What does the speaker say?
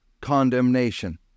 condemnation